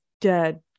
dead